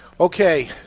Okay